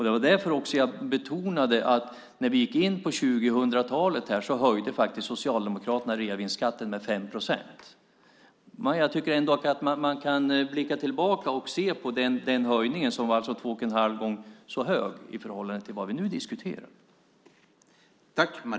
Det var därför jag betonade att Socialdemokraterna höjde reavinstskatten med 5 procent när vi gick in i 2000-talet. Man kan blicka tillbaka och se på den höjningen, som alltså var två och en halv gånger så hög som den vi nu diskuterar.